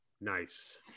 nice